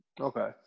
okay